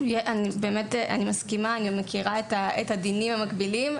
אני מסכימה, ואני מכירה את הדינים המקבילים.